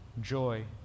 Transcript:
joy